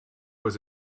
was